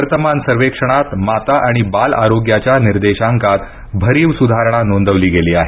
वर्तमान सर्वेक्षणात माता आणि बाल आरोग्याच्या निर्देशांकात भरीव सुधारणा नोंदवली गेली आहे